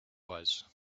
was